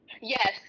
Yes